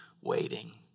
waiting